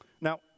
Now